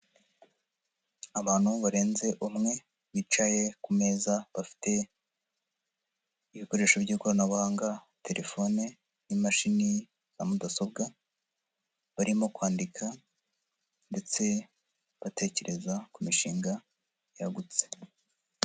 Abantu barenze umwe, bicaye ku meza bafite, ibikoresho by'ikoranabuhanga, terefone n'imashini za mudasobwa, barimo kwandika, ndetse batekereza ku mishinga yagutse.